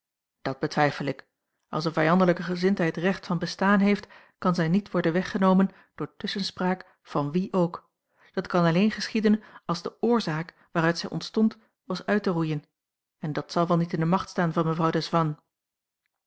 dat betwijfel ik als eene vijandelijke gezindheid recht van bestaan heeft kan zij niet worden weggenomen door tusschenspraak van wie ook dat kan alleen geschieden als de oorzaak waaruit zij ontstond was uit te roeien en dat zal wel niet in de macht staan van mevrouw desvannes